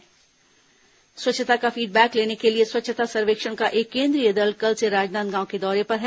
स्वच्छता टीम राजनांदगांव स्वच्छता का फीडबैक लेने के लिए स्वच्छता सर्वेक्षण का एक केन्द्रीय दल कल से राजनांदगांव के दौरे पर है